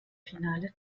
finale